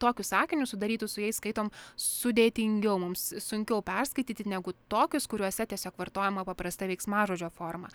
tokius sakinius sudarytus su jais skaitom sudėtingiau mums sunkiau perskaityti negu tokius kuriuose tiesiog vartojama paprasta veiksmažodžio forma